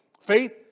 Faith